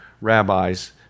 rabbis